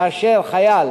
כאשר חייל